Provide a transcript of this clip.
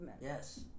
Yes